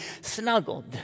snuggled